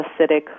acidic